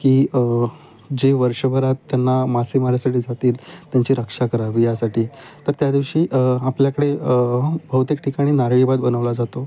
की जे वर्षभरात त्यांना मासेमटी जातील त्यांची रक्षा करावी यासाठी तर त्या दिवशी आपल्याकडे भहुतेक ठिकाणी नारळीबात बनवला जातो